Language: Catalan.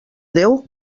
déu